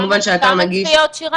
כמה צפיות, שירן?